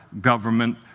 government